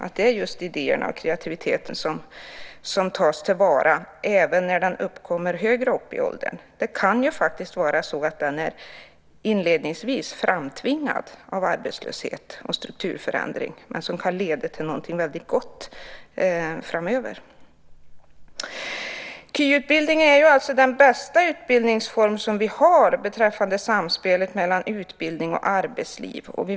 Att dessa idéer och denna kreativitet tas till vara även när de uppkommer högre upp i åldrarna är en stor poäng för bredden i det hela. Inledningsvis kan det ju vara framtvingat av arbetslöshet och strukturförändringar, men det kan leda till någonting väldigt gott framöver. Kvalificerad yrkesutbildning är den bästa utbildningsform vi har beträffande samspelet mellan utbildning och arbetsliv.